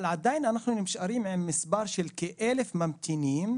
אבל עדיין אנחנו נשארים עם מספר של כ-1,000 ממתינים,